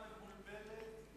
גם מבולבלת,